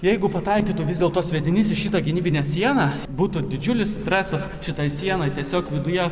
jeigu pataikytų vis dėlto sviedinys į šitą gynybinę sieną būtų didžiulis stresas šitai sienaj tiesiog viduje